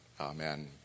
amen